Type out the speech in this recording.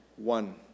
One